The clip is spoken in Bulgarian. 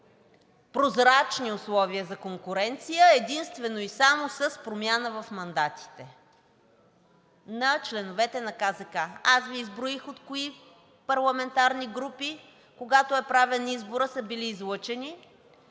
по-прозрачни условия за конкуренция единствено и само с промяна в мандатите на членовете на КЗК? Аз Ви изброих от кои парламентарни групи, когато е правен изборът, са били излъчени